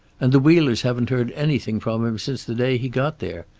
and the wheelers haven't heard anything from him since the day he got there.